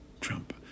Trump